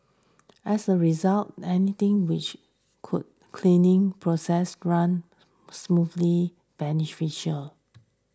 as a result anything which could cleaning process run smoothly beneficial